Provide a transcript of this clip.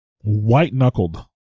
white-knuckled